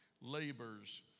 labors